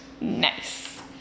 Nice